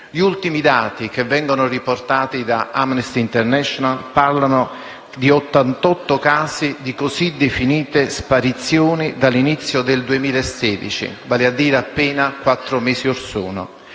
Gli ultimi dati riportati da Amnesty International parlano di 88 casi di così definite sparizioni dall'inizio del 2016, cioè appena quattro mesi orsono,